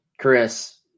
Chris